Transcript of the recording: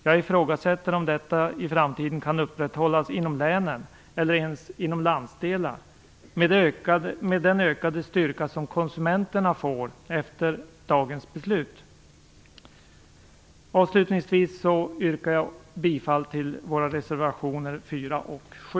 Jag ifrågasätter om detta system i framtiden kan upprätthållas inom länen eller ens inom landsdelarna med tanke på den ökade styrka som konsumenterna får efter dagens beslut. Avslutningsvis yrkar jag bifall till våra reservationer 4 och 7.